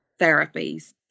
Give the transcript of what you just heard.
therapies